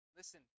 listen